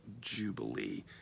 jubilee